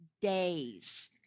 days